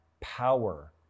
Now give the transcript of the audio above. power